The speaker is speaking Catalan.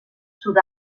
sud